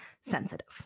sensitive